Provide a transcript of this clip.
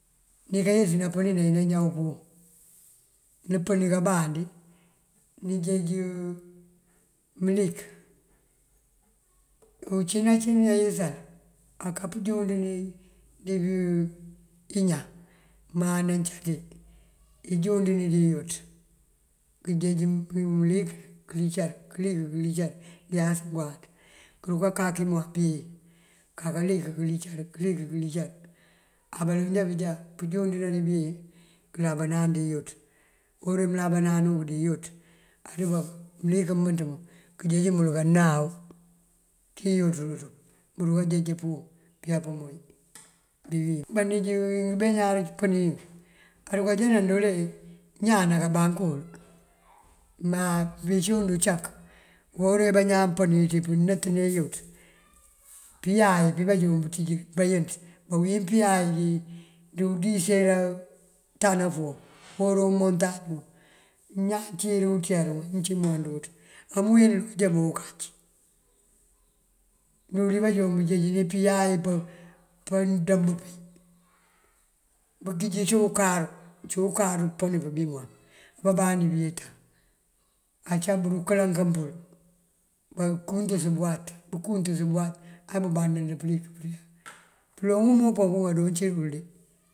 Ní kayëţ napëni nabina ñaw púum. Nëpëni kabandi nëjeej mëlik ucína cí nayësal aká pëjundëni dibí iñan má nancaţí ijundëna dí iyoţ. Këjeej mëlik këlicar këlik këlicar ngëyas ngëwáanţ këruka kaki moon bëyeen këka lik këlicar këlik këlicar. Á baloŋ já bujá pëjundëna dí bëyeen këla bañaan dí iyoţ. Uwora wí mëlabañaan wí dí iyoţ aduba mëlik mëmënţ muŋ këjeej mul këñaw ţí iyoţ ţul ţuŋ bëruka jeej púum. Banij wí ngëbeñuwar pëni wink aruka já nandoole ñaan ná kambunkul má pëncund ucak. Uwora wí bañaan pën wí ţí pënëţ ná iyoţ pëyay pí badoon bëţíji bayënt bawín pëyay dí udisera tanaf wuŋ uwora umontañ wuŋ. Ñaan cí dí uţee duŋ amëncí moon dúuţ amëwín nul këjá me ukac. Dul dí bajoon bëjeejini pëyay pandumb bí bëgiyi dí ukáaru, cí ukáaru pëni pëbí moon. Abá bandi bëyetan acá bëdu këlankun pul bakuntës bëwat bakuntës bëwat á bëband pëlik. Pëloŋ unú puŋ adoon cí dul de.